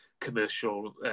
commercial